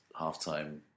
halftime